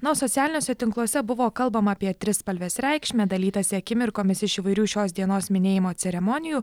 na o socialiniuose tinkluose buvo kalbama apie trispalvės reikšmę dalytasi akimirkomis iš įvairių šios dienos minėjimo ceremonijų